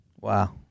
Wow